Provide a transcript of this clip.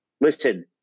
listen